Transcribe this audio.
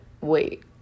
wait